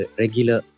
regular